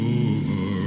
over